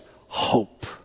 hope